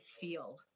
feel